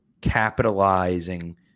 capitalizing